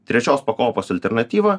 trečios pakopos alternatyvą